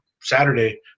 Saturday